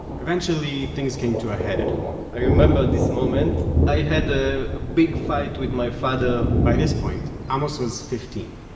eventually things came to a head at home i remember this moment. i had a big fight with my father by this point, amos was fifteen,